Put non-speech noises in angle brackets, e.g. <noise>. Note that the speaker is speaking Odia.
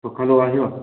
<unintelligible> ବାହାରିବ